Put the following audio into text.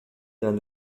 d’un